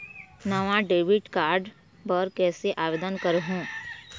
नावा debit card बर कैसे आवेदन करहूं?